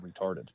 retarded